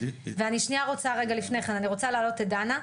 אני רוצה שנייה לפני כן להעלות את דנה,